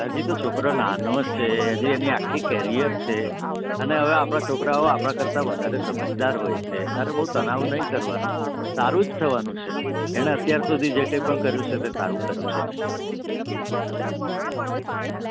હજી તો છોકરો નાનો છે હજી એની આખી કરિઅર છે અને હવે આપણા છોકરાંઓ આપણા કરતાં વધારે સમજદાર હોય છે તારે બહુ તનાવ નહીં કરવાનો સારું જ થવાનું છે એને અત્યાર સુધી જે કંઈ પણ કર્યું છે તે સારું કર્યું છે ને